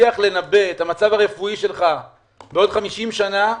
שהצליח לנבא את המצב הרפואי שלך בעוד חמישים שנה,